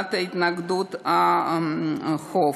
לקבלת התנגדות החייב.